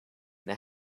now